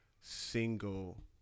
single